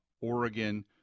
Oregon